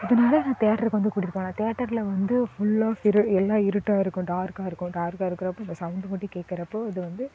அதனால நான் தியேட்டர்க்கு வந்து கூட்டிகிட்டு போவேன் தியேட்டரில் வந்து ஃபுல்லாக எல்லாம் இருட்டாக இருக்கும் டார்க்காக இருக்கும் டார்க்காக இருக்குறப்போ அந்த சவுண்டு மட்டும் கேட்குறப்போ அது வந்து